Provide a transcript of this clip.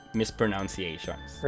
mispronunciations